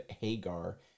Hagar